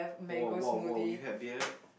!woah! !woah! !woah! you had beer